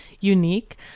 unique